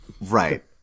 Right